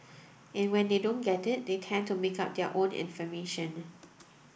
and when they don't get it they tend to make up their own information